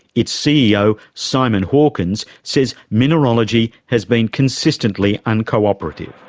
its ceo, simon hawkins, says mineralogy has been consistently uncooperative.